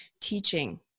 teaching